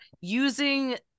using